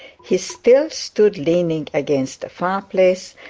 he still stood leaning against the fire-place,